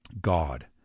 God